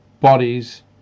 bodies